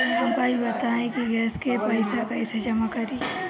हमका ई बताई कि गैस के पइसा कईसे जमा करी?